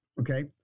Okay